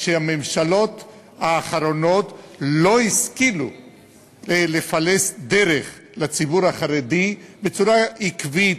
שהממשלות האחרונות לא השכילו לפלס דרך לציבור החרדי בצורה עקבית,